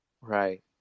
right